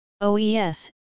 OES